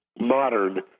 modern